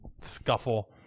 scuffle